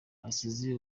asize